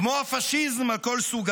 כמו הפשיזם על כל סוגיו,